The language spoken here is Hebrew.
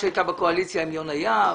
חד"ש הייתה בקואליציה עם יונה יהב.